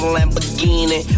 Lamborghini